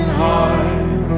heart